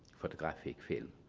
photographic film.